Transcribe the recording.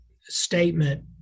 statement